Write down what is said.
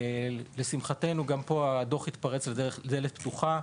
לשמחתנו, גם פה הדו"ח התפרץ לדלת פתוחה: